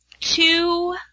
two